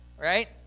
right